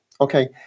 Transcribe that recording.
Okay